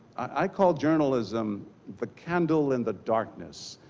i called journalism the candle in the darkness.